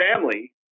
family